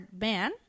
man